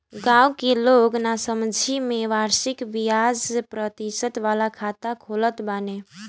गांव के लोग नासमझी में वार्षिक बियाज प्रतिशत वाला खाता खोलत बाने